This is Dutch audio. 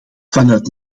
vanuit